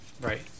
Right